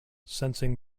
sensing